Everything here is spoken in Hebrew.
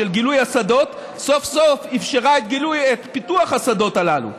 של גילוי השדות סוף-סוף אפשרה את פיתוח השדות הללו,